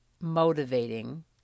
motivating